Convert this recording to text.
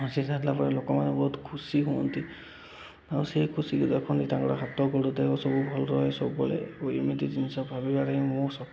ଆସିଲା ପରେ ଲୋକମାନେ ବହୁତ ଖୁସି ହୁଅନ୍ତି ସେ ଖୁସିକୁ ଦେଖନ୍ତି ତାଙ୍କର ହାତ ଗୋଡ଼ ଦେହ ସବୁ ଭଲ ରହେ ସବୁବେଳେ ଏମିତି ଜିନିଷ ଭାବିବ ପାଇଁ ହିଁ ମୁଁ ସକ୍ଷମ